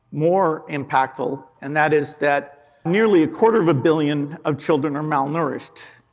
more impactful, and that is that nearly a quarter of a billion of children are malnourished,